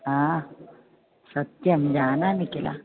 हा सत्यं जानामि किल